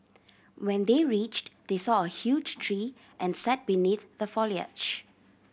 when they reached they saw a huge tree and sat beneath the foliage